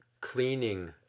Cleaning